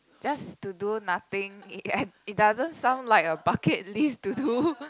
just to do nothing and it doesn't sound like a bucket list to do